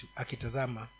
akitazama